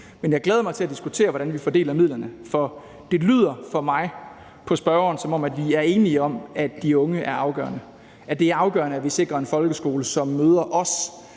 Men jeg glæder mig til at diskutere, hvordan vi fordeler midlerne. For det lyder for mig, som om spørgeren og jeg er enige om, at de unge er afgørende; at det er afgørende, at vi sikrer en folkeskole, som også